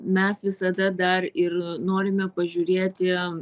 mes visada dar ir norime pažiūrėti